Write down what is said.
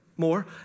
More